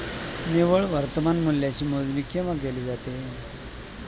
निव्वळ वर्तमान मूल्याची मोजणी केव्हा केली जाते?